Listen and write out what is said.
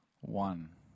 One